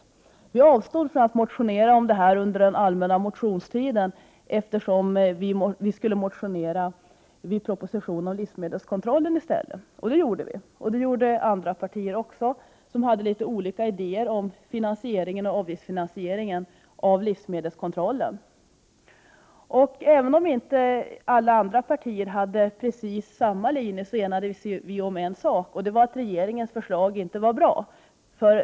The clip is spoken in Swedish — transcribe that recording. Miljöpartiet avstod från att motionera om det här under den allmänna motionstiden, eftersom vi skulle motionera i samband med propositionen om livsmedelskontrollen i stället. Det gjorde vi också, och det gjorde även andra partier, som hade litet olika idéer om finansieringen av livsmedelskontrollen. Även om inte alla partier har precis samma linje, enades vi ändå om en sak: regeringens förslag var inte bra.